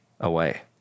away